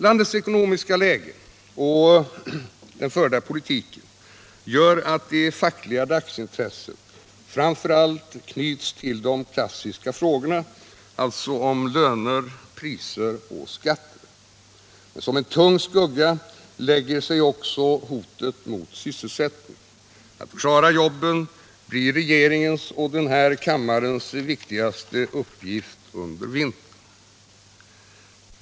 Landets ekonomiska läge och den förda politiken gör att det fackliga dagsintresset framför allt knyts till de klassiska frågorna, alltså de om löner, priser och skatter. Som en tung skugga lägger sig också hotet mot sysselsättningen. Att klara jobben blir regeringens och den här kammarens viktigaste uppgift under vintern.